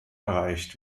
erreicht